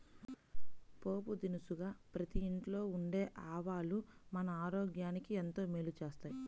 పోపు దినుసుగా ప్రతి ఇంట్లో ఉండే ఆవాలు మన ఆరోగ్యానికి ఎంతో మేలు చేస్తాయి